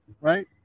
right